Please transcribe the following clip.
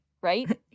right